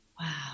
Wow